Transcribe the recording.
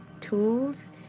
tools